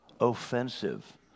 offensive